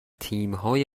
تیمهای